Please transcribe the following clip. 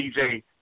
DJ